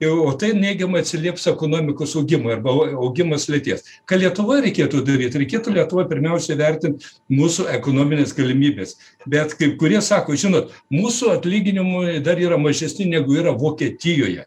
o tai neigiamai atsilieps ekonomikos augimui arba au augimas sulėtės ką lietuvoj reikėtų daryt reikėtų lietuvoj pirmiausia įvertint mūsų ekonomines galimybes bet kai kurie sako žinot mūsų atlyginimai dar yra mažesni negu yra vokietijoje